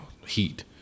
Heat